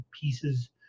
pieces